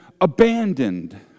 abandoned